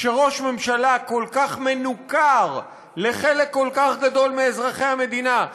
כשראש ממשלה כל כך מנוכר לחלק כל כך גדול מאזרחי המדינה,